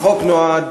החוק נועד